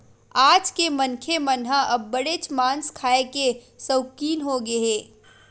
आज के मनखे मन ह अब्बड़ेच मांस खाए के सउकिन होगे हे